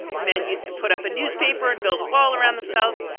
and men used to put up a newspaper and build a wall around themselves.